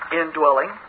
indwelling